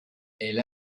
elle